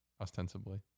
Ostensibly